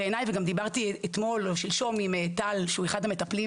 וגם דיברתי אתמול או שלשום עם טל שהוא אחד המטפלים